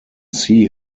see